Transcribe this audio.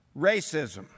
racism